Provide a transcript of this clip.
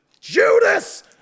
Judas